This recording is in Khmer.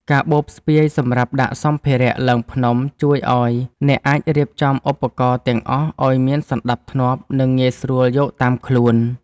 កាបូបស្ពាយសម្រាប់ដាក់សម្ភារៈឡើងភ្នំ ជួយឱ្យអ្នកអាចរៀបចំឧបករណ៍ទាំងអស់ឱ្យមានសណ្ដាប់ធ្នាប់ និងងាយស្រួលយកតាមខ្លួន។